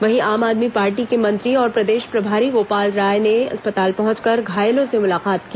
वहीं आम आदमी पार्टी के मंत्री और प्रदेश प्रभारी गोपाल राय ने अस्पताल पहुंचकर घायलों से मुलाकात की